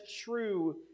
true